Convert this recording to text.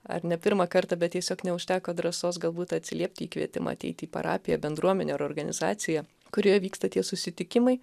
ar ne pirmą kartą bet tiesiog neužteko drąsos galbūt atsiliepti į kvietimą ateiti į parapiją bendruomenę ar organizaciją kurioje vyksta tie susitikimai